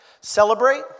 Celebrate